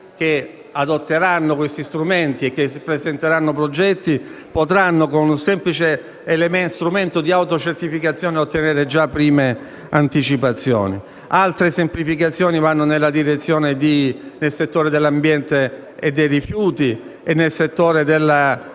che adotteranno questi strumenti e che presenteranno progetti, con un semplice strumento di autocertificazione, potranno ottenere già prime anticipazioni. Altre semplificazioni intervengono nel settore dell'ambiente e dei rifiuti e degli *standard*